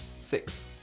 six